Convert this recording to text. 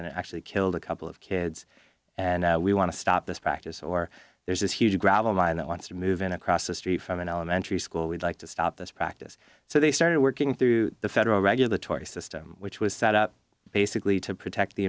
and actually killed a couple of kids and we want to stop this practice or there's this huge gravel mine that wants to move in across the street from an elementary school we'd like to stop this practice so they started working through the federal regulatory system which was set up basically to protect the